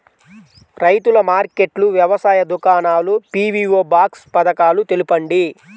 రైతుల మార్కెట్లు, వ్యవసాయ దుకాణాలు, పీ.వీ.ఓ బాక్స్ పథకాలు తెలుపండి?